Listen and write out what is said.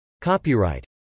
Copyright